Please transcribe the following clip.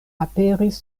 aperis